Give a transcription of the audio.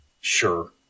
Sure